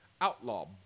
Outlaw